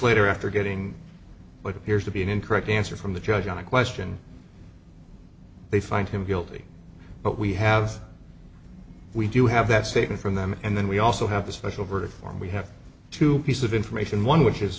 later after getting what appears to be an incorrect answer from the judge on a question they find him guilty but we have we do have that statement from them and then we also have a special verdict form we have two piece of information